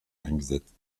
eingesetzt